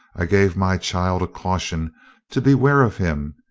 i gave my child a caution to beware of him,